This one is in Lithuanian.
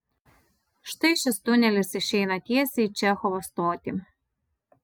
štai šis tunelis išeina tiesiai į čechovo stotį